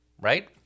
Right